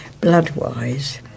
Bloodwise